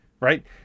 Right